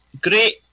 great